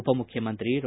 ಉಪ ಮುಖ್ಯಮಂತ್ರಿ ಡಾ